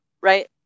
right